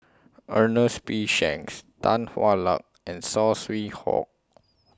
Ernest P Shanks Tan Hwa Luck and Saw Swee Hock